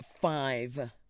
five